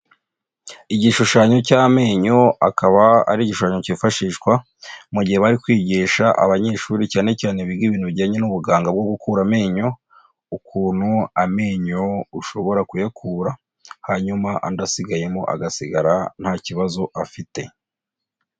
Igishushanyo cy'amenyo, akaba ari igishushanyo cyifashishwa mu gihe bari kwigisha abanyeshuri cyane cyane biga ibintu bijyanye n'ubuganga bwo gukura amenyo, ukuntu amenyo ushobora kuyakura hanyuma andi asigayemo agasigara ntakibazo afite.